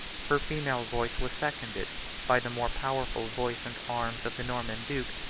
her female voice was seconded by the more powerful voice and arm of the norman duke,